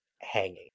hanging